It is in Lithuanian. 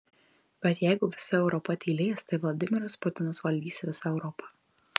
bet jeigu visa europa tylės tai vladimiras putinas valdys visą europą